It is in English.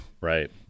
Right